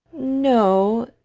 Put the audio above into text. no,